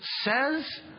says